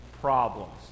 problems